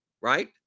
Right